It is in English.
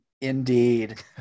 Indeed